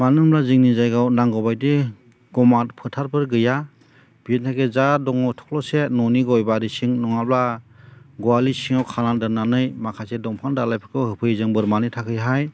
मानो होनब्ला जोंनि जायगायाव नांगौबायदि गौमाथ फोथारफोर गैया बेनि थाखाय जा दङ थख्ल'से न'नि गय बारि सिं नङाब्ला गवालि सिङाव खानानै दोननानै माखासे दंफां दालायफोरखौ होफैयो जों बोरमानि थाखायहाय